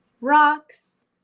rocks